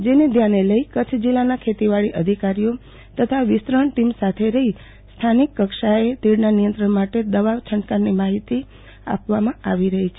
જેને ધ્યાને લઈને કચ્છ જિલ્લાના ખેતીવાડી અધિકારીશ્રી તથા વિસ્તરણ ટીમ સાથે રહીને સ્થાનિક કક્ષાએ તીડના નિયંત્રણ માટે દવા છંટકાવની માહિતી આપવામાં આવશે